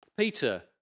Peter